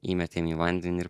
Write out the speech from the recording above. įmetėm į vandenį ir